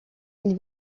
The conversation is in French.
ils